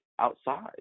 outside